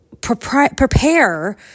prepare